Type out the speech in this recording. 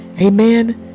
amen